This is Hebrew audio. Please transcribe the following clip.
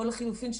או לחלופין,